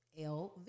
LV